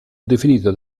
definito